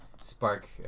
spark